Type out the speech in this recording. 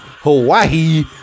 Hawaii